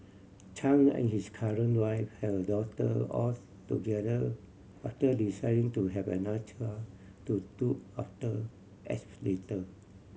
Chan and his current wife have a daughter all together after deciding to have another child to look after X later